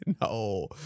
No